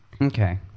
Okay